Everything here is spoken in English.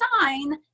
sign